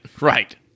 right